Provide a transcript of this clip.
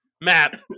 Matt